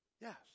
Yes